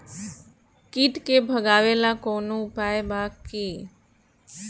कीट के भगावेला कवनो उपाय बा की?